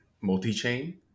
multi-chain